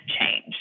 change